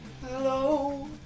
Hello